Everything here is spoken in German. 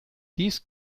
dies